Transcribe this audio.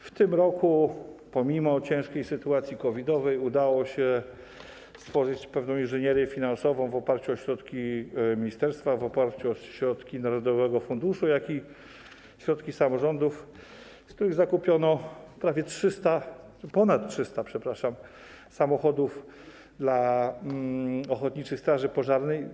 W tym roku, pomimo ciężkiej sytuacji COVID-owej, udało się stworzyć pewną inżynierię finansową w oparciu o środki ministerstwa, w oparciu o środki narodowego funduszu i środki samorządów, z których zakupiono ponad 300 samochodów dla ochotniczych straży pożarnych.